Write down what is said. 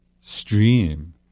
stream